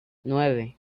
nueve